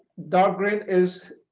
dark green is